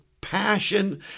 passion